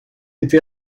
été